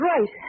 right